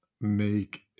make